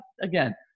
again